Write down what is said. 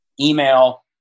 email